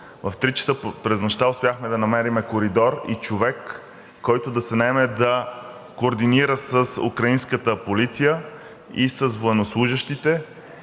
три часа през нощта успяхме да намерим коридор и човек, който да се наеме да координира с украинската полиция и с военнослужещите.